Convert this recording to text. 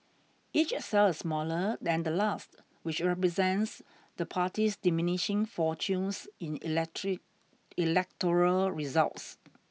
each cell is smaller than the last which represents the party's diminishing fortunes in electric electoral results